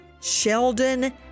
Sheldon